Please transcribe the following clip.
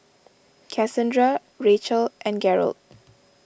Casandra Rachel and Garold